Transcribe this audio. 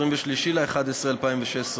23 בנובמבר 2016,